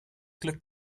glück